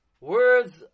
words